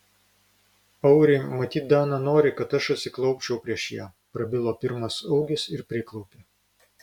auri matyt dana nori kad aš atsiklaupčiau prieš ją prabilo pirmas augis ir priklaupė